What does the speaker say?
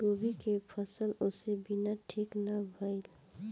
गोभी के फसल ओस बिना ठीक ना भइल